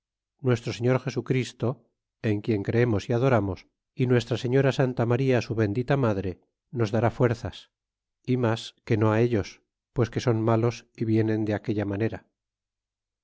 nuestro señor jesu christo en quien creemos é adoramos é nuestra señora santa maría su bendita madre nos dará fuerzas y mas que no it ellos pues que son malos é vienen de aquella manera